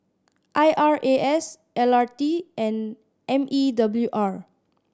I R A S L R T and M E W R